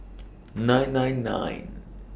nine nine nine